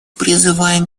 призываем